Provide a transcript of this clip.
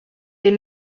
est